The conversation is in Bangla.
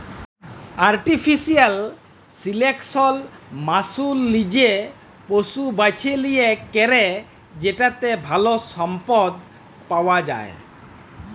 আর্টিফিশিয়াল সিলেকশল মালুস লিজে পশু বাছে লিয়ে ক্যরে যেটতে ভাল সম্পদ পাউয়া যায়